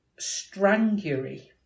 strangury